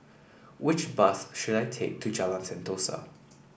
which bus should I take to Jalan Sentosa